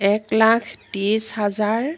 এক লাখ ত্ৰিছ হাজাৰ